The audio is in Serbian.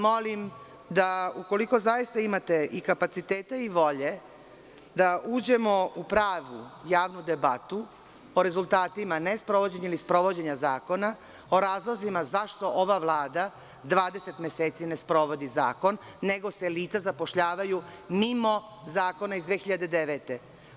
Molim vas da ukoliko zaista imate i kapacitete i volje, da uđemo u pravu javnu debatu o rezultatima ne sprovođenja ili sprovođenja zakona, o razlozima zašto ova vlada 20 meseci ne sprovodi zakon, nego se lica zapošljavaju mimo zakona iz 2009. godine.